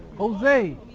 jose!